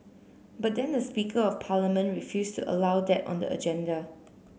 but then the speaker of parliament refused to allow that on the agenda